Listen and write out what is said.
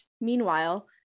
Meanwhile